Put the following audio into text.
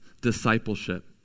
discipleship